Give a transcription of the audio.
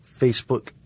Facebook